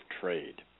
trade